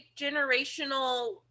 generational